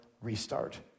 restart